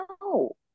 No